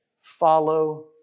Follow